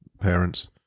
parents